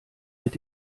mit